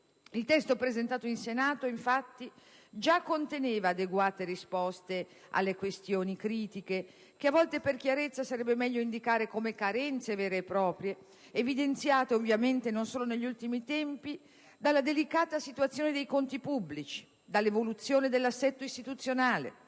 Il testo presentato in Senato, infatti, già conteneva adeguate risposte alle questioni critiche - che a volte per chiarezza sarebbe meglio indicare come carenze vere e proprie - evidenziate, ovviamente non solo negli ultimi tempi, dalla delicata situazione dei conti pubblici, dall'evoluzione dell'assetto istituzionale,